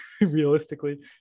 realistically